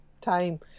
time